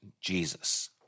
Jesus